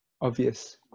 obvious